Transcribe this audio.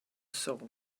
soul